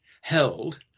held